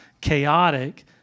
chaotic